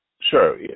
Sure